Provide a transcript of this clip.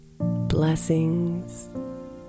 Blessings